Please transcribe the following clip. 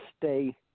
stay